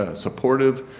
ah supportive,